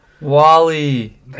Wally